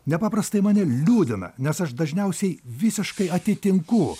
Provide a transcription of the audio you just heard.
nepaprastai mane liūdina nes aš dažniausiai visiškai atitinku